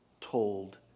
told